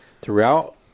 throughout